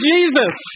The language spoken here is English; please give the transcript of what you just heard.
Jesus